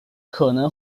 可能